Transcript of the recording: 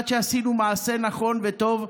עד שעשינו מעשה נכון וטוב,